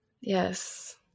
Yes